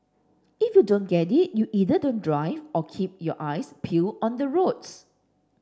if you don't get it you either don't drive or keep your eyes peeled on the roads